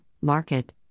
market